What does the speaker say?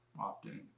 often